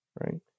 Right